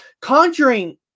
conjuring